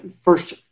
first